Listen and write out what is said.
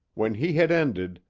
when he had ended,